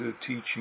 teaching